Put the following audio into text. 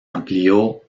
amplió